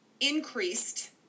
increased